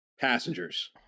passengers